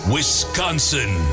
Wisconsin